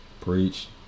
Preach